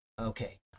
Okay